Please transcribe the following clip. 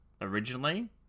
originally